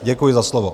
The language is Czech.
Děkuji za slovo.